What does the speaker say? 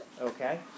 Okay